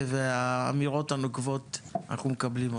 והאמירות הנוקבות אנחנו מקבלים אותם.